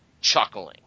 chuckling